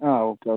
ആ okay okay